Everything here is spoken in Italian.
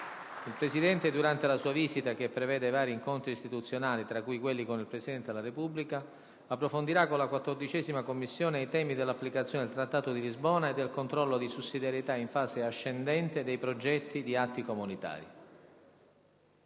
Il presidente Haenel, durante la sua visita, che prevede vari incontri istituzionali, tra cui quello con il Presidente della Repubblica, approfondirà con la 14ª Commissione i temi dell'applicazione del Trattato di Lisbona e del controllo di sussidiarietà "in fase ascendente" dei progetti di atti comunitari.